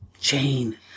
jane